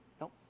Nope